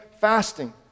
fasting